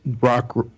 rock